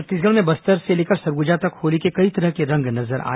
छत्तीसगढ़ में बस्तर से लेकर सरगुजा तक होली के कई तरह के रंग नजर आए